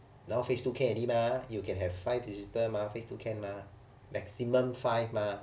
now phase two already mah you can have five visitor mah phase two can mah maximum five mah